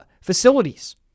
Facilities